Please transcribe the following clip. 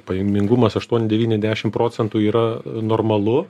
pajamingumas aštuoni devyni dešim procentų yra normalu